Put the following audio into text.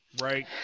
Right